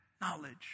knowledge